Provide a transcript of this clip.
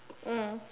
mm